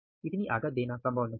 इतनी आगत देना संभव नहीं है